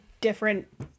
different